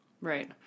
Right